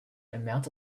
amount